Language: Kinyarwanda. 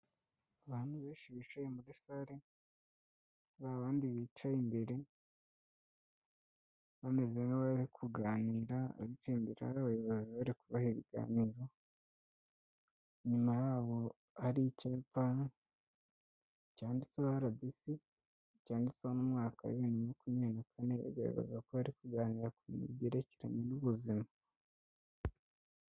Abantu benshi bicaye muri salle ba bandi bicaye imbere banmezezenewe kuganira abitsindira abayobozi bari kubaha ibiganiro nyuma yabo ari ikiyapani cyanditsehobc cya gasao mwaka wibma kunye na fel igaragaza ko yari kuganira ku bintu byerekeranye n'ubuzima.